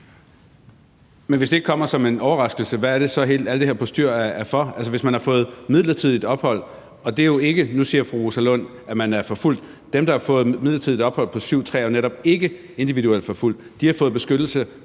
Men hvis det ikke kommer som en overraskelse, hvad skyldes alt det her postyr så? De har fået midlertidigt ophold, og det er jo ikke, som fru Rosa Lund siger, dem, der er forfulgt. Dem, der har fået midlertidigt ophold efter § 7, stk. 3, er jo netop ikke individuelt forfulgt. De har fået beskyttelse